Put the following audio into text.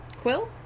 Quill